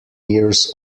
years